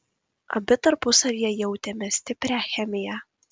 abi tarpusavyje jautėme stiprią chemiją